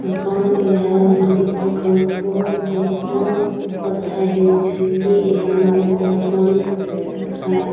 ଆପଣ ଏହାର ମାଲିକଙ୍କୁ ସହିତ କଥା ହେଉଛନ୍ତି ଏହା ମୁଁ ପସନ୍ଦ ଖା